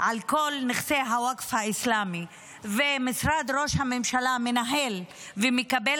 על כל נכסי הווקף האסלאמי ומשרד ראש הממשלה מנהל ומקבל